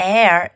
Air